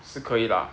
是可以啦